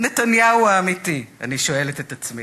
נתניהו האמיתי, אני שואלת את עצמי,